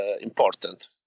important